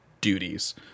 duties